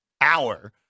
hour